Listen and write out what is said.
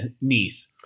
niece